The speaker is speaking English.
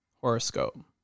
horoscope